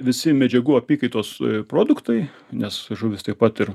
visi medžiagų apykaitos produktai nes žuvys taip pat ir